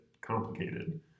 complicated